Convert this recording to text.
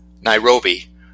Nairobi